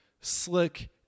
slick